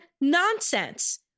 nonsense